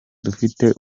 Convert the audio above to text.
dufitiye